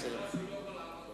זאת גזירה שהוא לא יכול לעמוד בה.